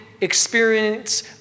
experience